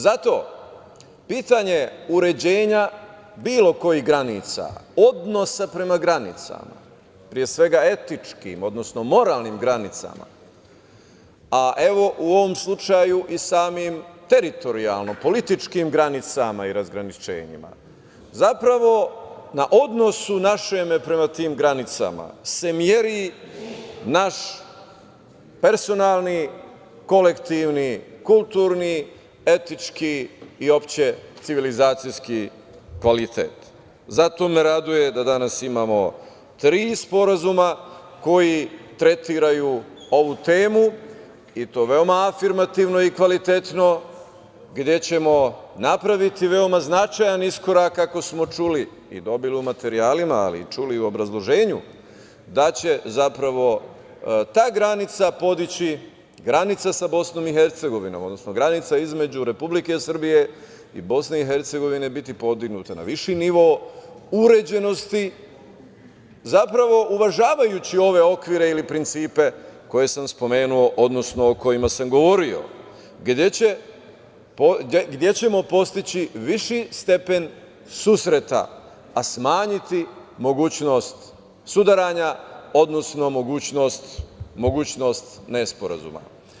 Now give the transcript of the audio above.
Zato, pitanje uređenja bilo kojih granica, odnosa prema granicama pre svega etičkim, odnosno moralnim granicama, a evo u ovom slučaju i samim teritorijalno političkim granicama i razgraničenjima, zapravo na odnosu našem prema tim granicama, se meri naš personalni kolektivni, kulturni, etički i uopšte civilizacijski kvalitet i zato me raduje da danas imamo tri sporazuma koji tretiraju ovu temu, i to veoma afirmativno i kvalitetno, gde ćemo napraviti veoma značajan iskorak ako smo čuli i dobili u materijalima, ali čuli u obrazloženju da će zapravo ta granica podići, granica sa BiH, odnosno granica između Republike Srbije i BiH, biti podignuta na viši nivo, uređenosti, zapravo uvažavajući ove okvire ili principe koje sam spomenuo, odnosno o kojima sam govorio, gde ćemo postići viši stepen susreta, a smanjiti mogućnost sudaranja, odnosno mogućnost nesporazuma.